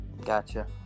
Gotcha